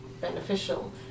beneficial